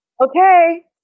Okay